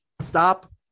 Stop